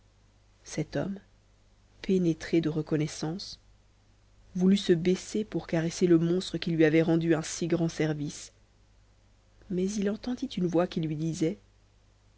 cet homme pénétré de reconnaissance voulut se baisser pour caresser le monstre qui lui avait rendu un si grand service mais il entendit une voix qui disait